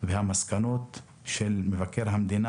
והמסקנות של מבקר המדינה,